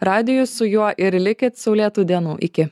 radiju su juo ir likit saulėtų dienų iki